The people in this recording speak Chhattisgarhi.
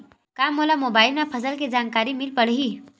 का मोला मोबाइल म फसल के जानकारी मिल पढ़ही?